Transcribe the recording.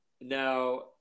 Now